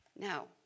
Now